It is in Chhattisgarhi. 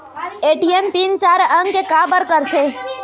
ए.टी.एम पिन चार अंक के का बर करथे?